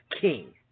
king